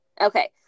Okay